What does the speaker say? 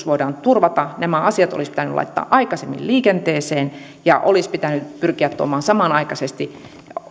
voidaan turvata nämä asiat olisi pitänyt laittaa aikaisemmin liikenteeseen ja tämän mietinnön mukana olisi pitänyt pyrkiä tuomaan samanaikaisesti